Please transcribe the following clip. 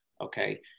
okay